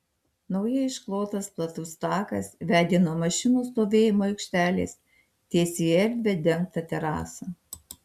naujai išklotas platus takas vedė nuo mašinų stovėjimo aikštelės tiesiai į erdvią dengtą terasą